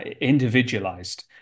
individualized